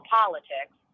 politics